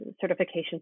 certification